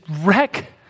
wreck